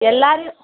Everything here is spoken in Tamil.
எல்லாேரையும்